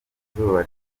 izuba